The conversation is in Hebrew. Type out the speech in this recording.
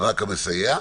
רק המסייע.